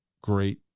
great